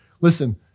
Listen